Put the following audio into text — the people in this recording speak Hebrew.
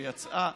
שיצאה,